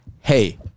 hey